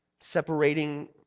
separating